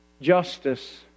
justice